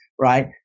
right